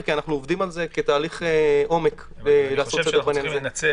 כי אנחנו עובדים על זה כתהליך עומק לעשות סדר בעניין הזה.